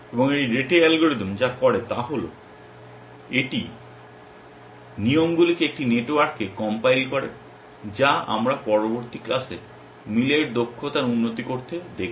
এবং এই rete algorithm যা করে তা হল এটি নিয়মগুলিকে একটি নেটওয়ার্কে কম্পাইল করে যা আমরা পরবর্তী ক্লাসে মিলের দক্ষতার উন্নতি করতে দেখব